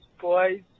boys